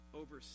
over